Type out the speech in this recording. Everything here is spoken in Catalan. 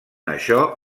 això